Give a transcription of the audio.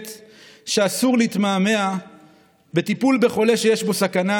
שאסור להתמהמה בטיפול בחולה שיש בו סכנה,